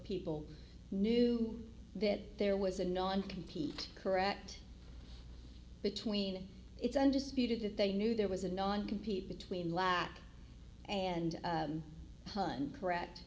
people knew that there was a non compete correct between its undisputed that they knew there was a non compete between latin and pun correct